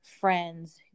friends